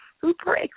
super